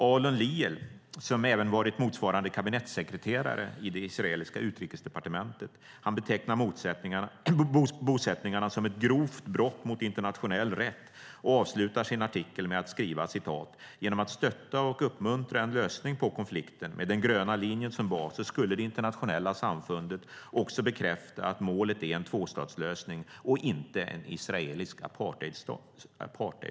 Alon Liel, som även varit motsvarande kabinettssekreterare i det israeliska utrikesdepartementet, betecknar bosättningarna som ett grovt brott mot internationell rätt och avslutar sin artikel med att skriva: Genom att stötta och uppmuntra en lösning på konflikten med den gröna linjen som bas skulle det internationella samfundet också bekräfta att målet är en tvåstatslösning och inte en israelisk apartheidstat.